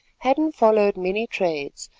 hadden followed many trades,